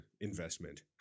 investment